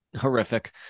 Horrific